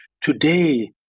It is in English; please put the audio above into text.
today